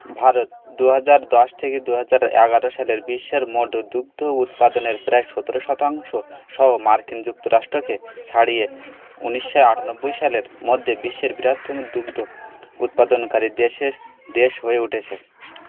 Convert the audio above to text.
ভারত দু হাজার দশ থেকে দু হাজার এগারো সালের বিশ্বের মোট দুগ্ধ উৎপাদনের প্রায় সতেরো শতাংশ সহ মার্কিন যুক্তরাষ্ট্রকে ছাড়িয়ে উনিশশো আটানব্বই সালের মধ্যে বিশ্বের বৃহত্তম দুগ্ধ উৎপাদনকারী দেশের দেশ হয়ে উঠেছে